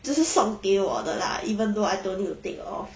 只是送给我的 lah even though I don't need to take off